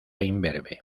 imberbe